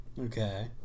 Okay